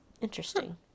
Interesting